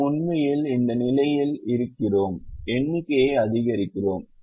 நாம் உண்மையில் இந்த நிலையில் இருக்கிறோம் எண்ணிக்கையை அதிகரிக்கிறோம்